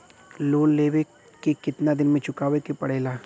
Loan लेवे के कितना दिन मे चुकावे के पड़ेला?